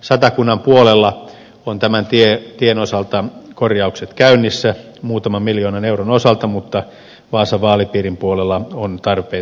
satakunnan puolella ovat tämän tien osalta korjaukset käynnissä muutaman miljoonan euron osalta mutta vaasan vaalipiirin puolella on tarpeita edelleen